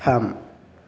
थाम